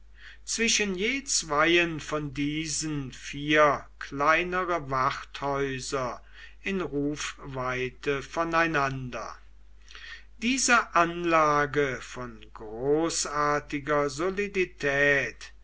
zwischen je zweien von diesen vier kleinere wachthäuser in rufweite voneinander diese anlage von großartiger solidität